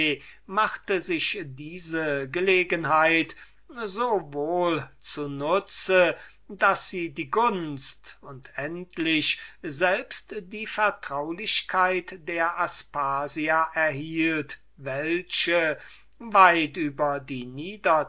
machte sich diese gelegenheit sowohl zu nutze daß sie die gunst und endlich selbst die vertraulichkeit der aspasia erhielt welche weit über die